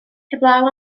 heblaw